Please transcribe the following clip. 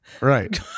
right